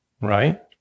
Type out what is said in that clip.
right